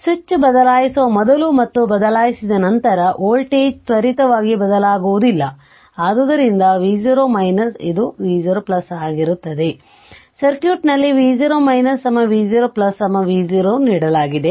switch ಬದಲಾಯಿಸುವ ಮೊದಲು ಮತ್ತು ಬದಲಾಯಿಸಿದ ನಂತರ ವೋಲ್ಟೇಜ್ ತ್ವರಿತವಾಗಿ ಬದಲಾಗುವುದಿಲ್ಲ ಆದುದರಿಂದ v0 ಇದು v0 ಆಗಿರುತ್ತದೆ ಆದ್ದರಿಂದ ಸರ್ಕ್ಯೂಟ್ ನಲ್ಲಿ v0 v0 v0 ನೀಡಲಾಗಿದೆ